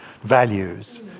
values